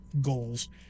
goals